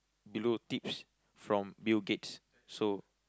below tips from Bill-Gates so